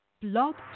Blog